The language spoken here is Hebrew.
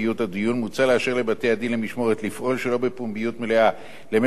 מוצע לאשר לבתי-הדין למשמורת לפעול שלא בפומביות מלאה למשך שנה.